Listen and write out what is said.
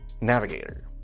Navigator